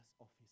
office